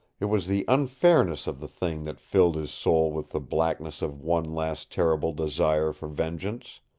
it was the unfairness of the thing that filled his soul with the blackness of one last terrible desire for vengeance.